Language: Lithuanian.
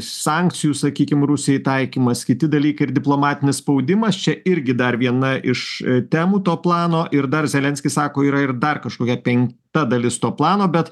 sankcijų sakykim rusijai taikymas kiti dalykai ir diplomatinis spaudimas čia irgi dar viena iš temų to plano ir dar zelenskis sako yra ir dar kažkokia penkta dalis to plano bet